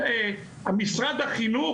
משרד החינוך,